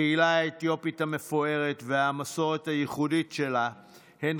הקהילה האתיופית המפוארת והמסורת הייחודית שלה הן